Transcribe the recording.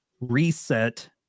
Reset